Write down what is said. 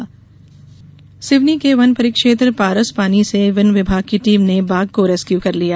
बाघ रेस्क्यू सिवनी के वन परिक्षेत्र परासपानी से वन विभाग की टीम ने बाघ को रेस्क्यू कर लिया